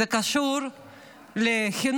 זה קשור לחינוך,